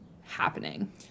happening